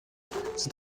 cette